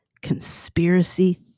conspiracy